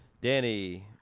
Danny